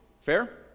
Fair